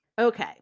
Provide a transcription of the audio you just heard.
Okay